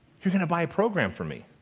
you're gonna buy program from me.